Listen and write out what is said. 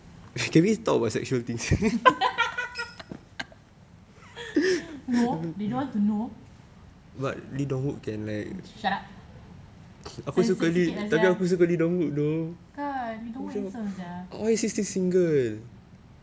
no they don't want to know shut up censored sikit ah sia kan lee dong-wook handsome sia